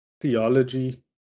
theology